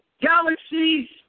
galaxies